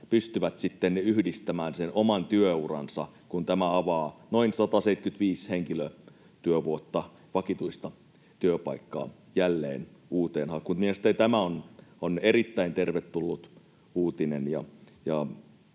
pystyvät sitten yhdistämään sen oman työuransa, kun tämä avaa noin 175 henkilötyövuotta, vakituista työpaikkaa, jälleen uuteen hakuun. Mielestäni tämä on erittäin tervetullut uutinen